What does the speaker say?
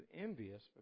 envious